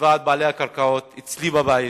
בעלי הקרקעות אצלי בבית,